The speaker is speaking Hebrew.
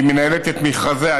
מנהלת את מכרזיה.